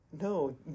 No